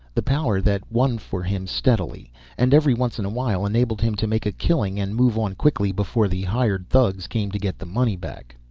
the power that won for him steadily and every once in a while enabled him to make a killing and move on quickly before the hired thugs came to get the money back.